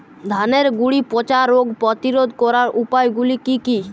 ধানের গুড়ি পচা রোগ প্রতিরোধ করার উপায়গুলি কি কি?